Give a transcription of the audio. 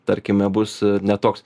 tarkime bus ne toks